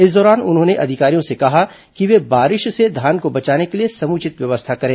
इस दौरान उन्होंने अधिकारियों से कहा कि वे बारिश से धान को बचाने के लिए सुमिचत व्यवस्था करें